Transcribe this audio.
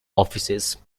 offices